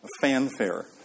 fanfare